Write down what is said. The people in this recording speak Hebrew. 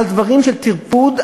על דברים של טרפוד,